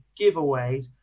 giveaways